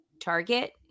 Target